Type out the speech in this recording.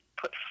put